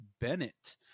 Bennett